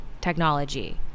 technology